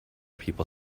people